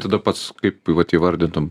tada pats kaip vat įvardytum